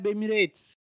Emirates